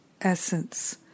essence